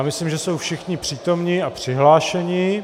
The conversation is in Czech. Myslím, že jsou všichni přítomni a přihlášeni.